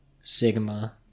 Sigma